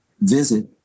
visit